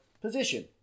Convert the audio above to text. position